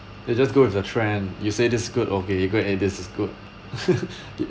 they just go with the trend you say this is good okay go you go and this is good